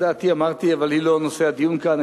את דעתי אמרתי, אבל היא לא נושא הדיון כאן.